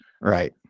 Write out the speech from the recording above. Right